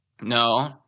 No